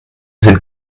sind